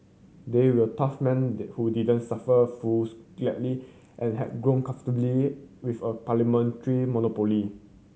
they were tough men who didn't suffer fools gladly and had grown comfortably with a parliamentary monopoly